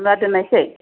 होमब्ला दोन्नोसै